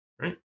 right